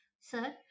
Sir